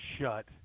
Shut